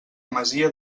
masia